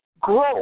Grow